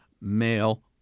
male